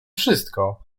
wszystko